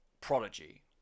Prodigy